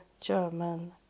German